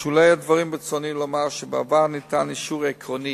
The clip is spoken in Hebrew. בשולי הדברים ברצוני לומר שבעבר ניתן אישור עקרוני